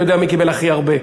אני יודע מי קיבל הכי הרבה.